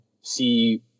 see